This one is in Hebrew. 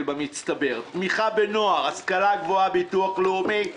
במצטבר; תמיכה בנוער; השכלה גבוהה; ביטוח לאומי,